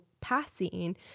passing